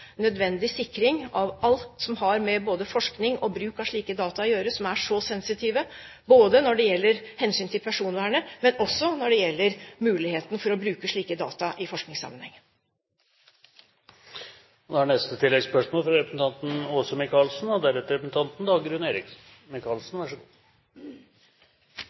nødvendig sikring av alt som har med både forskning og bruk av slike data å gjøre, som er så sensitive ikke bare når det gjelder hensynet til personvernet, men også når det gjelder muligheten for å bruke slike data i